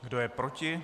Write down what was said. Kdo je proti?